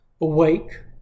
awake